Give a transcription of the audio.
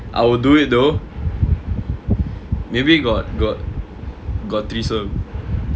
I'll do it though maybe got got got threesome